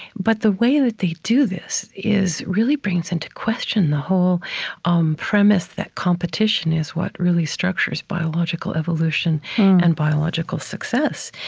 but the way that they do this really brings into question the whole um premise that competition is what really structures biological evolution and biological success.